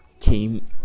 came